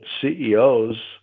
CEOs